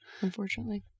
unfortunately